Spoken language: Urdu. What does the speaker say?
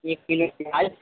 ایک کلو پیاز